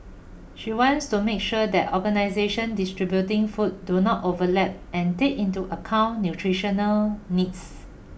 she wants to make sure that organisation distributing food do not overlap and take into account nutritional needs